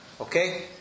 Okay